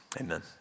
Amen